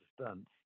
stunts